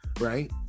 right